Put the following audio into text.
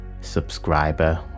subscriber